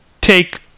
take